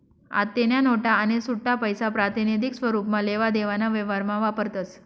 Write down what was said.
आत्तेन्या नोटा आणि सुट्टापैसा प्रातिनिधिक स्वरुपमा लेवा देवाना व्यवहारमा वापरतस